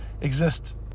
exist